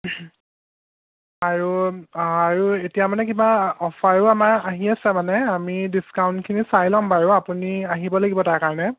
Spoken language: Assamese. আৰু আৰু এতিয়া মানে কিবা অফাৰো আমাৰ আহি আছে মানে আমি ডিস্কাউণ্টখিনি চাই ল'ম বাৰু আপুনি আহিব লাগিব তাৰকাৰণে